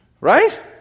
Right